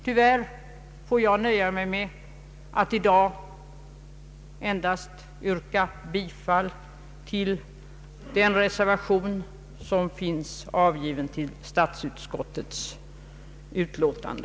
Tyvärr får jag för min del nöja mig med att i dag endast yrka bifall till den reservation som finns fogad till statsutskottets utlåtande.